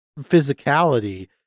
physicality